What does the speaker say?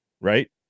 right